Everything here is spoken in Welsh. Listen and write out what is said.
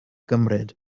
gymryd